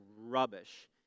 rubbish